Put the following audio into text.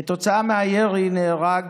כתוצאה מהירי נהרג